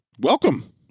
Welcome